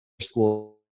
school